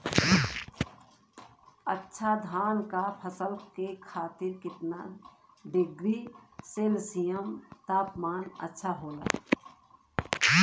अच्छा धान क फसल के खातीर कितना डिग्री सेल्सीयस तापमान अच्छा होला?